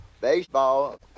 Baseball